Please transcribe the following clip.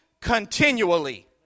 continually